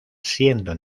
siendo